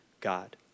God